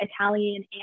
Italian